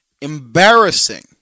Embarrassing